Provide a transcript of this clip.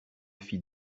fit